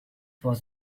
was